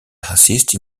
assist